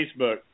Facebook